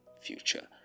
future